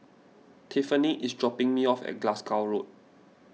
Tiffanie is dropping me off at Glasgow Road